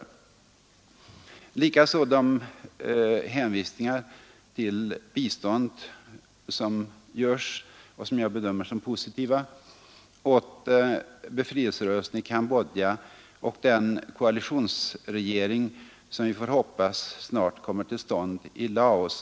Detsamma gäller om de hänvisningar om bistånd som görs, och som jag bedömer som positiva, till befrielserörelsen i Cambodja och den koalitionsregering som vi får hoppas snart kommer till stånd i Laos.